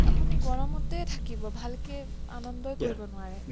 আপুনি গৰমতে থাকিব ভালকৈ আনন্দই কৰিব নোৱাৰে